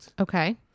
Okay